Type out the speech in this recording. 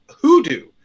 Hoodoo